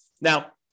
Now